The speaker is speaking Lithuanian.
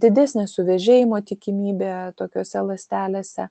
didesnė suvėžėjimo tikimybė tokiose ląstelėse